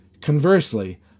Conversely